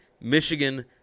Michigan